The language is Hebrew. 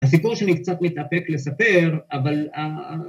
‫הסיפור שאני קצת מתאפק לספר, ‫אבל...